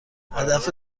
هدف